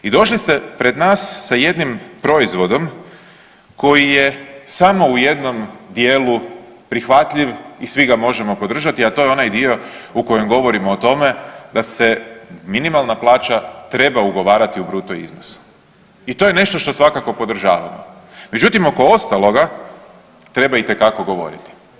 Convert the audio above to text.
I došli ste pred nas sa jednim proizvodom koji je samo u jednom dijelu prihvatljiv i svi ga možemo podržati, a to je onaj dio u kojem govorimo o tome da se minimalna plaća treba ugovarati u bruto iznosu i to je nešto što svakako podržavamo, međutim oko ostaloga treba itekako govoriti.